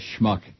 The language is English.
schmuck